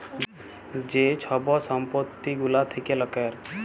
যে ছব সম্পত্তি গুলা থ্যাকে লকের